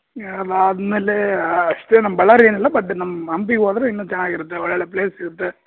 ಅದಾದ ಮೇಲೆ ಅಷ್ಟೇ ನಮ್ಮ ಬಳ್ಳಾರಿ ಏನಿಲ್ಲ ಬಟ್ ನಮ್ಮ ಹಂಪಿಗೆ ಹೋದ್ರೆ ಇನ್ನೂ ಚೆನ್ನಾಗಿರತ್ತೆ ಒಳ್ಳೊಳ್ಳೆ ಪ್ಲೇಸ್ ಇರುತ್ತೆ